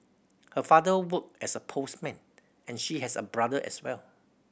her father worked as a postman and she has a brother as well